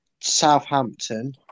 Southampton